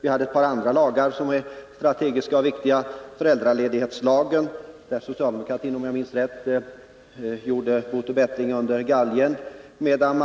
Vi hade ett par andra lagar som är strategiska och viktiga, t.ex. föräldraledighetslagen, där socialdemokraterna om jag minns rätt gjorde bot och bättring ”under galgen”. Lagen